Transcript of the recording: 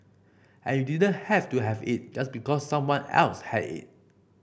and you didn't have to have it just because someone else had it